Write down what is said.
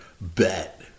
bet